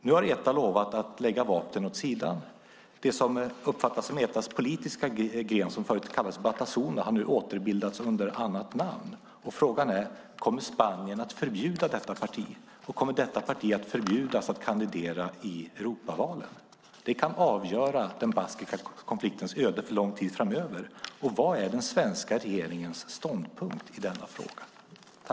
Nu har Eta lovat att lägga vapnen åt sidan. Det som uppfattas som Etas politiska gren, som förut kallades Batasuna, har nu återbildats under annat namn. Frågan är: Kommer Spanien att förbjuda detta parti? Kommer detta parti att förbjudas att kandidera i Europavalen? Det kan avgöra den baskiska konfliktens öde för lång tid framöver. Vad är den svenska regeringens ståndpunkt i denna fråga?